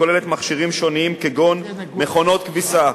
וכוללת מכשירים שונים, כגון מכונות כביסה,